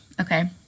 okay